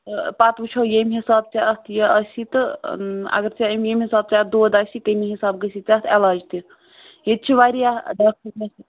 تہٕ پَتہٕ وٕچھو ییٚمہِ حِساب ژےٚ اَتھ یہِ آسی تہٕ اگر ژےٚ امہِ ییٚمہِ حِساب ژےٚ اَتھ دود آسی تمی حِساب گٔژھی ژےٚ اَتھ علاج تہِ ییٚتہِ چھِ واریاہ ڈاکٹر